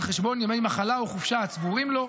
חשבון ימי מחלה או חופשה הצבורים לו,